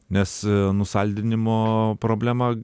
nes nusaldinimo problema